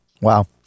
Wow